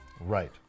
Right